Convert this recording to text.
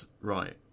right